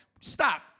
Stop